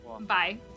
Bye